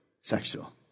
sexual